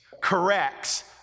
corrects